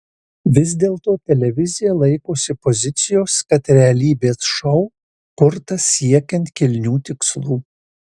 vis dėlto televizija laikosi pozicijos kad realybės šou kurtas siekiant kilnių tikslų